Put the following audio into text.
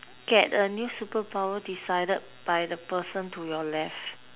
get a new superpower decided by the person to your left